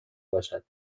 باشد